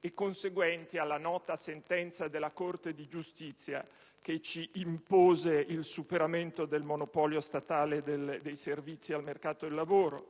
e nella nota sentenza della Corte di giustizia che ci impose il superamento del monopolio statale nei servizi al mercato del lavoro.